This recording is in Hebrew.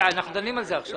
אנחנו דנים על זה עכשיו.